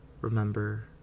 remember